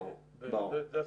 זו הסיבה.